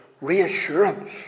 reassurance